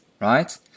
right